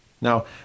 Now